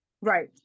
right